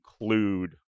include